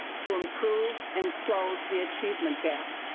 to improve and close the achievement gap.